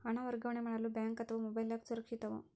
ಹಣ ವರ್ಗಾವಣೆ ಮಾಡಲು ಬ್ಯಾಂಕ್ ಅಥವಾ ಮೋಬೈಲ್ ಆ್ಯಪ್ ಸುರಕ್ಷಿತವೋ?